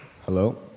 Hello